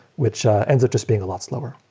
which ends up just being a lot slower.